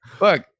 look